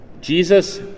Jesus